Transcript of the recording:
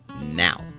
now